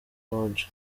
lodge